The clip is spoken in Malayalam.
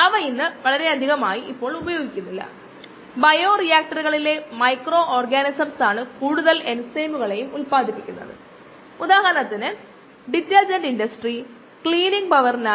നമുക്ക് ഒരു കൂട്ടം ഡാറ്റ ഉള്ളപ്പോൾ